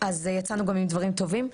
אז יצאנו גם עם דברים טובים.